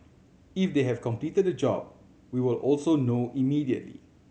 if they have completed the job we will also know immediately